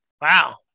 Wow